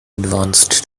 advanced